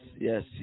yes